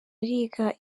ariga